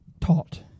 taught